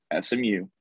SMU